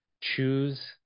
choose